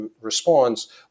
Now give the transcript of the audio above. response